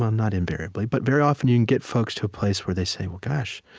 um not invariably, but very often you can get folks to a place where they say, well, gosh,